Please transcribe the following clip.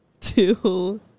two